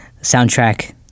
soundtrack